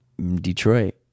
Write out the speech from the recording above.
Detroit